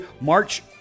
March